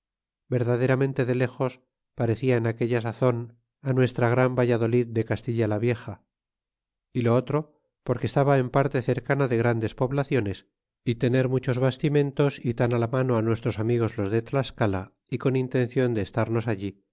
verdaderamente de lejos parecía en aquella sazon á nuestra gran valladolid de castilla la vieja y lo otro porque estaba en parte cercana de grandes poblaciones y tener muchos bastimentos y tan á la mano fi nuestros amigos los de tlascala y con intencion de estarnos allí